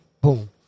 Boom